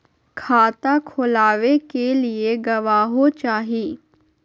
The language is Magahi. खाता खोलाबे के लिए गवाहों चाही?